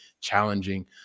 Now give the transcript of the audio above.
challenging